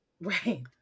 Right